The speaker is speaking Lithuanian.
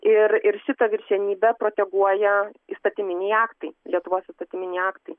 ir ir šitą viršenybę proteguoja įstatyminiai aktai lietuvos įstatyminiai aktai